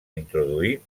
introduir